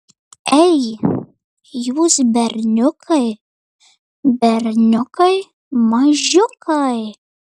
ei jūs berniukai berniukai mažiukai